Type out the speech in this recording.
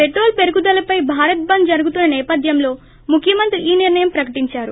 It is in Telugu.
పెట్రోల్ పెరుగుదలపై భారత్ బంద్ జరుగుతున్న సేపధ్యంలో ముఖ్యమంత్రి ఈ నిర్ణయం ప్రకటించారు